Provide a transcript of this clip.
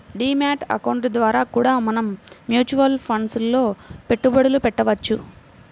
D mat account ద్వారా కూడా మనం మ్యూచువల్ ఫండ్స్ లో పెట్టుబడులు పెట్టవచ్చు